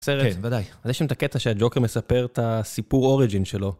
כן, בוודאי. אז יש שם את הקטע שהג'וקר מספר את הסיפור אוריג'ין שלו.